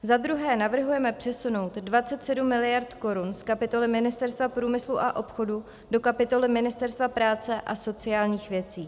Za druhé navrhujeme přesunout 27 mld. korun z kapitoly Ministerstva průmyslu a obchodu do kapitoly Ministerstva práce a sociálních věcí.